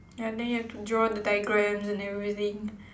ya then you have to draw the diagrams and everything